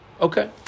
Okay